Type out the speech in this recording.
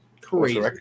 Crazy